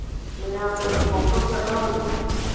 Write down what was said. ꯃꯌꯥꯝꯅ ꯎꯁꯣꯞꯀ ꯀꯠꯅꯕꯗꯣ